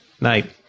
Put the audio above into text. Night